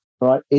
right